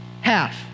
half